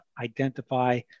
identify